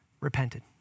repented